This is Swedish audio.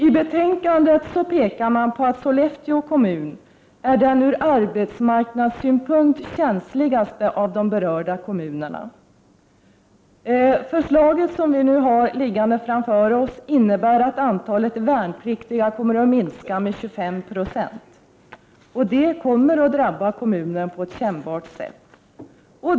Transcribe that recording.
I betänkandet pekas det på att Sollefteå kommun är den ur arbetsmarknadssynpunkt känsligaste av de berörda kommunerna. Det föreliggande förslaget innebär att antalet värnpliktiga kommer att minska med 25 96, och det kommer att drabba kommunen på ett kännbart sätt.